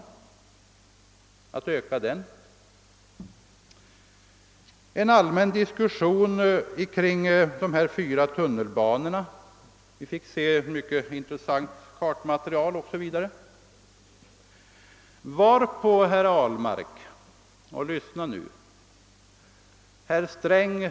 Det blev vidare allmän diskussion kring de fyra tunnelbanorna och vi fick se kartmaterial m.m. Efter detta sade herr Sträng — lyssna nu, herr Ahlmark!